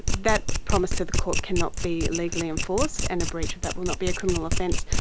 that promise to the court cannot be legally enforced and a breach of that will not be a criminal offence.